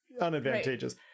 unadvantageous